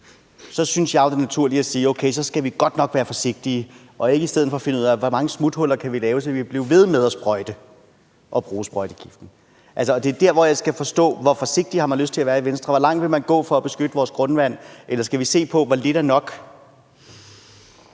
synes jeg jo, det er naturligt at sige: Okay, så skal vi godt nok være forsigtige – og ikke i stedet for finde ud af, hvor mange smuthuller vi kan lave, så vi kan blive ved med at bruge sprøjtegift. Det er der, hvor jeg skal forstå, hvor forsigtig man har lyst til at være i Venstre, og hvor langt man vil gå for at beskytte vores grundvand, eller skal vi se på, hvor lidt er nok?